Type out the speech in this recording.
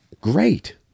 great